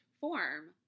form